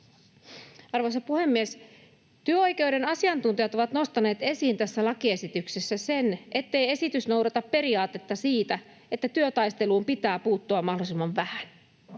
Arvoisa puhemies! Työoikeuden asiantuntijat ovat nostaneet esiin tässä lakiesityksessä sen, ettei esitys noudata periaatetta siitä, että työtaisteluun pitää puuttua mahdollisimman vähän.